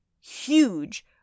huge